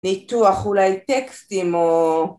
ניתוח, אולי טקסטים או